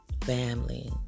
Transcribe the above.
family